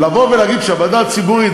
לבוא ולהגיד ועדה ציבורית,